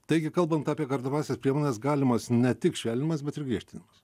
taigi kalbant apie kardomąsias priemones galimas ne tik švelninimas bet ir griežtinimas